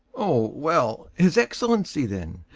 oh, well his excellency, then.